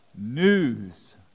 news